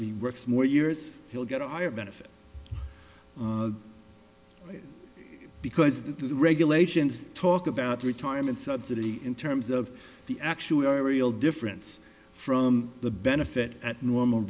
we works more years he'll get a higher benefit because the do the regulations talk about retirement subsidy in terms of the actuarial difference from the benefit at normal